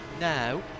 now